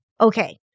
Okay